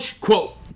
quote